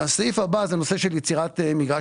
הסעיף הבא הוא נושא של יצירת מגרש